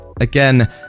Again